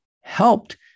helped